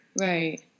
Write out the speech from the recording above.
right